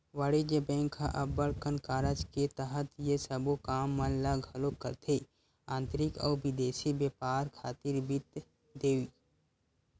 वाणिज्य बेंक ह अब्बड़ कन कारज के तहत ये सबो काम मन ल घलोक करथे आंतरिक अउ बिदेसी बेपार खातिर वित्त देवई